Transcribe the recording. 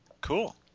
Cool